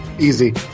Easy